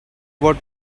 what